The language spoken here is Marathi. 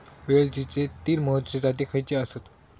वेलचीचे तीन महत्वाचे जाती खयचे आसत?